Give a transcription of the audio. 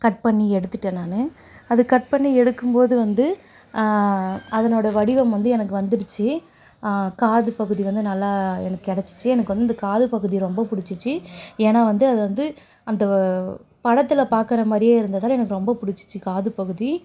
cut பண்ணி எடுத்துகிட்டேன் நான் அதை கட் பண்ணி எடுக்கும்போது வந்து அதனோடய வடிவம் வந்து எனக்கு வந்துடுச்சு காதுப்பகுதி வந்து நல்லா எனக்கு கெடைச்சிச்சி எனக்கு வந்து இந்த காதுப்பகுதி ரொம்ப பிடிச்சிச்சி ஏன்னா வந்து அது வந்து அந்த படத்தில் பார்க்குற மாதிரியே இருந்ததால் எனக்கு ரொம்ப பிடிச்சிச்சி காதுப்பகுதி